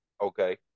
Okay